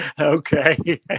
Okay